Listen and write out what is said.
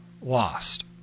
lost